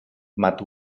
matt